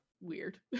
weird